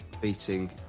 beating